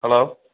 hello